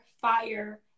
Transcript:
fire